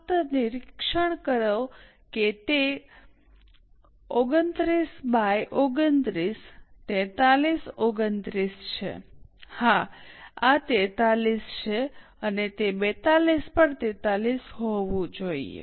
ફક્ત નિરીક્ષણ કરો કે તે 29 બાય 29 43 29 છે હા આ 43 છે અને તે 42 પર 43 હોવું જોઈએ